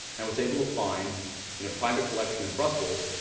i was able to find in a private collection in brussels